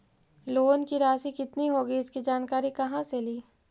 Loan की रासि कितनी होगी इसकी जानकारी कहा से ली?